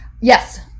yes